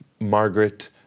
Margaret